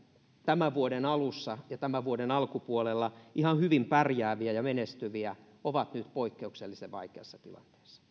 tämän vuoden alussa ja tämän vuoden alkupuolella ihan hyvin pärjääviä ja menestyviä ovat nyt poikkeuksellisen vaikeassa